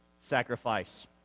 sacrifice